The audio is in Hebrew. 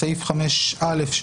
בסעיף 5א,